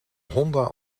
honda